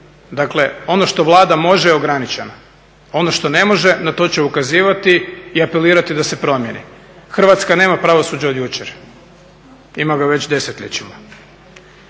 dakle ono što Vlada može je ograničeno, ono što ne može na to će ukazivati i apelirati da se promijeni. Hrvatska nema pravosuđe od jučer, ima ga već desetljećima.